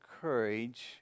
courage